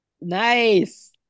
Nice